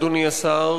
אדוני השר,